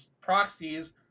Proxies